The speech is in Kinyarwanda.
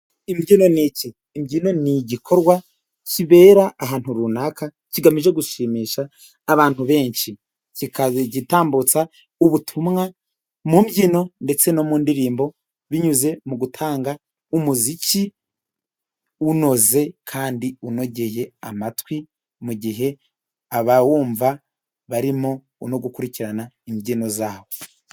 Imbyino ni iki? Imbyino ni igikorwa kibera ahantu runaka kigamije gushimisha abantu benshi, kiba gitambutsa ubutumwa mu mbyino ndetse no mu ndirimbo binyuze mu gutanga umuziki unoze kandi unogeye amatwi mu gihe abawumva barimo no gukurikirana imbyino zawo.